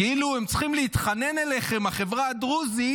כאילו הם צריכים להתחנן אליכם, החברה הדרוזית,